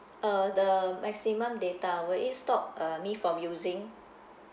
uh the maximum data will it stop uh me from using